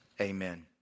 Amen